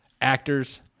actors